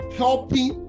helping